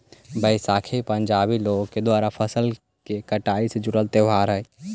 बैसाखी पंजाबी लोग द्वारा फसल के कटाई से जुड़ल त्योहार हइ